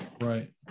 Right